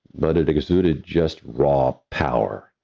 but it exuded just raw power.